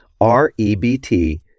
REBT